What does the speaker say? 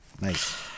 Nice